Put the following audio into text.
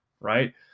Right